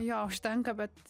jo užtenka bet